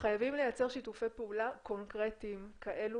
חייבים לייצר שיתופי פעולה קונקרטיים כאלה